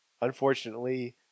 unfortunately